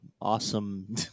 awesome